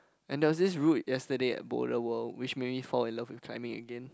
and there was this route yesterday at boulder world which made me fall in love with climbing again